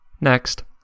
Next